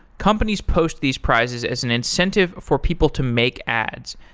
companies post these prizes as an incentive for people to make ads.